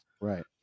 right